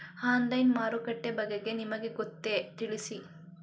Online ಮಾರುಕಟ್ಟೆ ಬಗೆಗೆ ನಿಮಗೆ ಗೊತ್ತೇ? ತಿಳಿಸಿ?